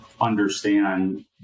understand